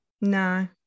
No